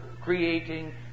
creating